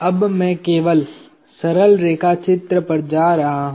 अब मैं केवल सरल रेखा चित्र पर जा रहा हूँ